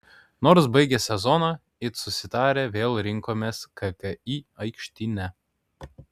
nors baigę sezoną it susitarę vėl rinkomės kki aikštyne